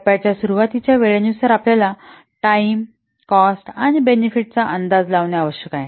टप्प्याच्या सुरुवातीच्या वेळेनुसार आपल्याला टाइम कॉस्ट आणि बेनिफिटचा अंदाज आवश्यक आहे